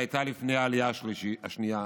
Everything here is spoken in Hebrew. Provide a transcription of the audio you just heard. שהייתה לפני העלייה השנייה,